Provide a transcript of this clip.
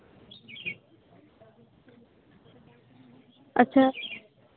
ᱟᱪᱪᱷᱟ